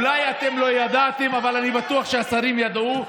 אולי אתם לא ידעתם, אבל אני בטוח שהשרים ידעו.